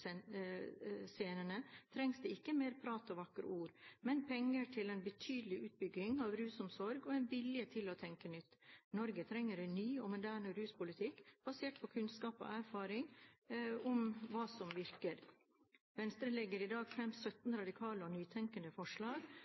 åpne russcenene, trengs det ikke mer prat og vakre ord, men penger til en betydelig utbygging av rusomsorgen og en vilje til å tenke nytt. Norge trenger en ny og moderne ruspolitikk, basert på kunnskap og erfaring om hva som virker. Venstre legger i dag fram 17 radikale og nytenkende forslag